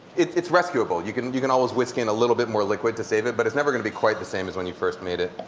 it's rescuable. you can and you can always whisk in a little bit more liquid to save it, but it's never going to be quite the same as when you first made it.